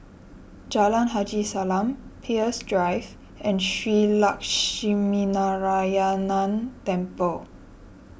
Jalan Haji Salam Peirce Drive and Shree Lakshminarayanan Temple